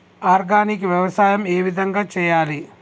Organic వ్యవసాయం ఏ విధంగా చేయాలి?